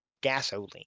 gasoline